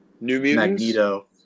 Magneto